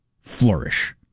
flourish